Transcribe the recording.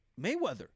Mayweather